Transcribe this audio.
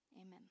amen